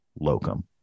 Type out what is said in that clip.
Locum